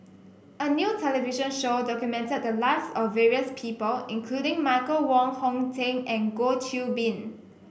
a new television show documented the lives of various people including Michael Wong Hong Teng and Goh Qiu Bin